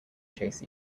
chase